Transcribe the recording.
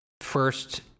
first